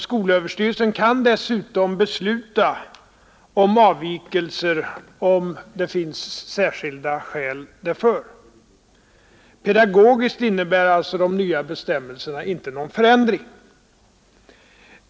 Skolöverstyrelsen kan dessutom besluta om avvikelser om det finns särskilda skäl därför. Pedagogiskt innebär alltså de nya bestämmelserna inte någon förändring.